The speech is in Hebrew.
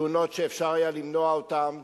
תאונות שהיה אפשר למנוע אותן,